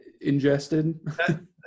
ingested